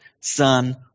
Son